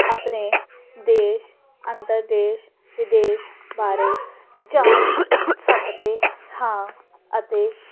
ਆਪਣੇ ਦੇਸ਼ ਅੰਤਰ ਦੇਸ਼ ਵਿਦੇਸ਼ ਬਾਰੇ ਜਾਣ ਸਕਦੇ ਹਾਂ ਅਤੇ